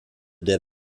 der